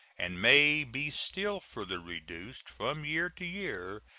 and may be still further reduced from year to year,